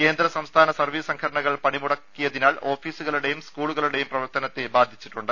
കേന്ദ്ര സംസ്ഥാന സർവീസ് സംഘടനകൾ പണിമുടക്കിയതിനാൽ ഓഫിസുകളുടേയും സ് കൂളുകളുടേയും പ്രവർത്തനത്തെ ബാധിച്ചിട്ടുണ്ട്